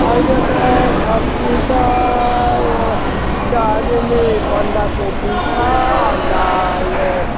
अहिले त सब्जी त वो त्यो अलिअलि बन्दकोपी छ अन्त यो